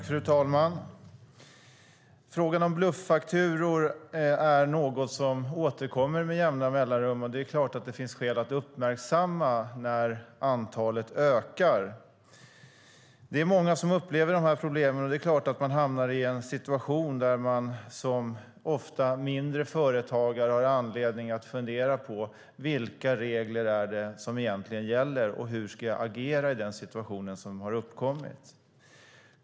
Fru talman! Frågan om bluffakturor är något som återkommer med jämna mellanrum. Det är klart att det finns skäl att uppmärksamma när antalet ökar. Det är många som har dessa problem, och det är ofta som småföretagare har anledning att fundera över vilka regler som egentligen gäller och hur de ska agera i den uppkomna situationen.